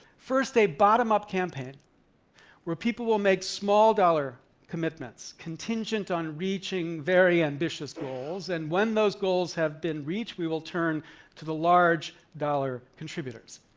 first a bottom-up campaign where people will make small dollar commitments contingent on reaching very ambitious goals, and when those goals have been reached, we will turn to the large dollar contributors,